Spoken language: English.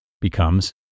Becomes